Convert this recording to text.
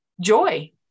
joy